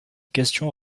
questions